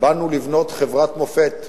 באנו לבנות חברת מופת.